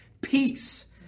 peace